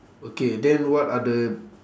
okay then what are the